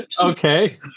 Okay